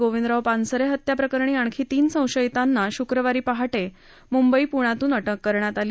गोविंदराव पानसरे हत्याप्रकरणी आणखी तीन संशयित मारेकऱ्यांना शुक्रवारी पहाटे मुंबई प्णे येथून अटक करण्यात आली